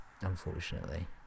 unfortunately